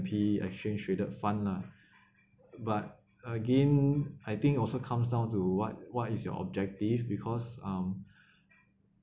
P exchange traded fund lah but again I think also comes down to what what is your objective because um